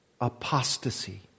apostasy